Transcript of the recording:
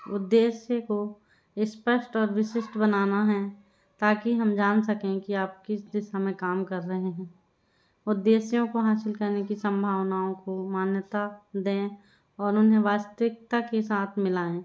उद्देश्य को स्पष्ट और विशिष्ट बनाना है ताकि हम जान सकें कि आप किस दिशा में काम कर रहे हैं उद्देश्यों को हासिल करने की संभावनाओं को मान्यता दें और उन्हें वास्तविकता के साथ मिलाएँ